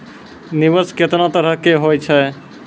निवेश केतना तरह के होय छै?